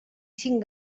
cinc